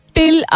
Till